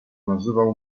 nazywał